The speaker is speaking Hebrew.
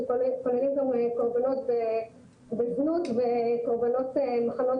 שכוללים גם קורבנות בזנות וקורבנות --,